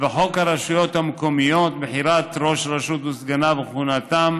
וחוק הרשויות המקומיות (בחירת ראש הרשות וסגניו וכהונתם),